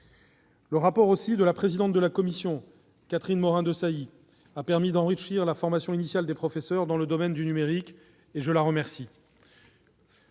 Le rapport de la présidente de la commission de la culture, Mme Catherine Morin-Desailly, a permis d'enrichir la formation initiale des professeurs dans le domaine du numérique, et je l'en remercie.